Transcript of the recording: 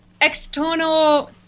external